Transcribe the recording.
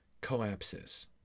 collapses